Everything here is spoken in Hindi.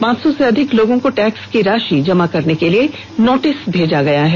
पांच सौ से अधिक लोगों को टैक्स की राशि जमा करने के लिए नोटिस भेजा गया है